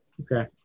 Okay